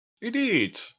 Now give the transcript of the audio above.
Indeed